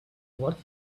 worth